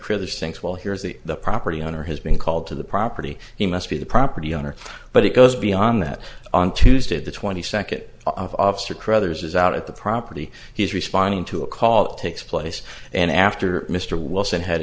chris thinks well here is the the property owner has been called to the property he must be the property owner but it goes beyond that on tuesday the twenty second officer crothers is out at the property he's responding to a call takes place and after me wilson head